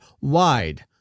wide